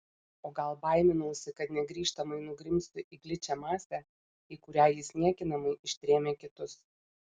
o gal baiminausi kad negrįžtamai nugrimsiu į gličią masę į kurią jis niekinamai ištrėmė kitus